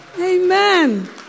Amen